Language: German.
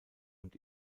und